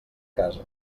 casa